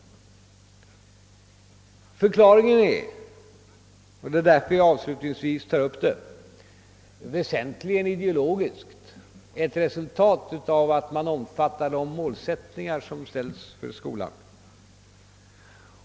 Förklaringen är, och det är därför jag avslutningsvis tar upp det, väsentligen ideologiskt ett resultat av att man omfattar de målsättningar som ställs för skolan.